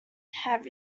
have